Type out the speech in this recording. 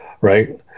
Right